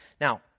Now